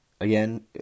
again